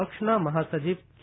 પક્ષના મહાસચિવ કે